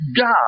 God